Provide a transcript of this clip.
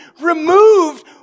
removed